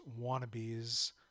Wannabes